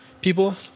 people